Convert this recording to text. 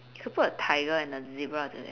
could put a tiger and a zebra or something